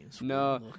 No